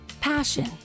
Passion